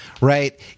right